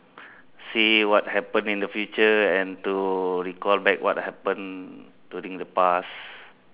see what happen in the future and to recall back what happen during the past